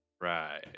Right